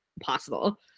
possible